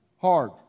hard